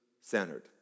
centered